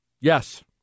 Yes